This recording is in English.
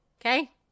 okay